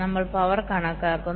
നമ്മൾ പവർ കണക്കാക്കുന്നു